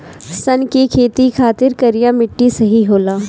सन के खेती खातिर करिया मिट्टी सही होला